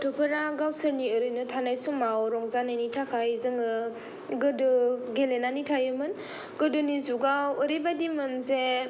गथ'फोरा गावसोरनि ओरैनो थानाय समाव रंजानायनि थाखाय जोङो गोदो गेलेनानै थायोमोन गोदोनि जुगाव ओरैबादिमोन जे